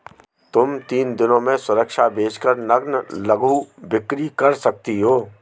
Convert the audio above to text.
तुम तीन दिनों में सुरक्षा बेच कर नग्न लघु बिक्री कर सकती हो